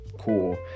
cool